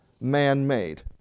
man-made